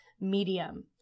medium